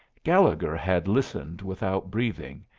gallegher had listened without breathing,